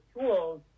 tools